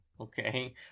Okay